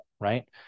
right